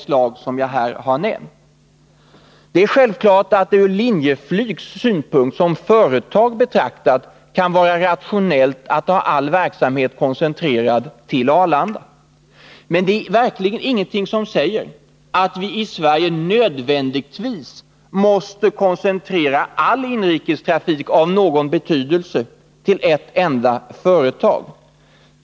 Självfallet kan det för Linjeflyg som företag betraktat vara rationellt att ha all verksamhet samlad till Arlanda, men det är verkligen ingenting som säger att vi i Sverige nödvändigtvis måste koncentrera all inrikestrafik av någon betydelse till ett enda företag.